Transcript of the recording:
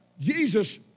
Jesus